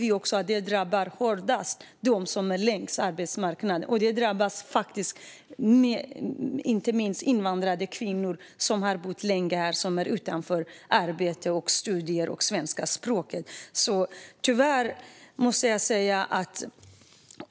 De som drabbas hårdast av detta är de som står längst från arbetsmarknaden, inte minst invandrade kvinnor som har bott här länge men som står utanför arbete, studier och det svenska språket.